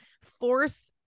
force